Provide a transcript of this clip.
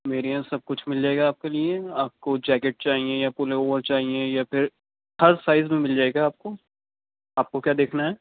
میرے یہاں سب کچھ مل جائے گا آپ کے لیے آپ کو جیکیٹ چاہیے یا پور لوور چاہیے یا پھر ہر سائز میں مل جائے گا آپ کو آپ کو کیا دیکھنا ہے